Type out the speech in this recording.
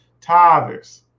tithers